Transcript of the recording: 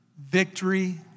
victory